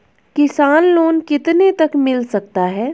किसान लोंन कितने तक मिल सकता है?